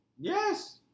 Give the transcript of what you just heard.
Yes